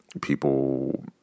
people